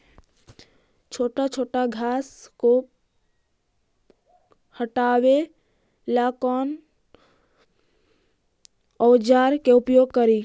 छोटा छोटा घास को हटाबे ला कौन औजार के प्रयोग करि?